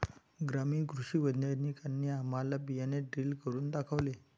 ग्रामीण कृषी वैज्ञानिकांनी आम्हाला बियाणे ड्रिल करून दाखवले